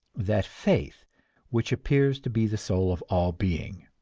that faith which appears to be the soul of all being.